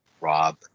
rob